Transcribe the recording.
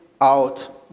out